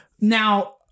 Now